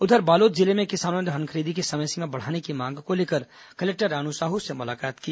उधर बालोद जिले में किसानों ने धान खरीदी की समय सीमा बढ़ाने की मांग को कलेक्टर रानू साहू से मुलाकात की